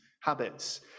habits